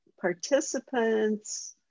participants